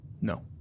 No